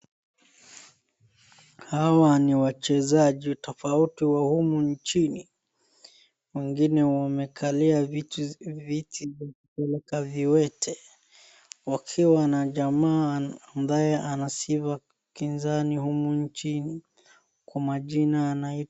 Hawa ni wachezaji tofauti wa humu nchini. Wengine wamekalia viti za kupeleka viwete, wakiwa na jamaa ambaye anasifa kinzani humu nchini. Kwa majina anaitwa...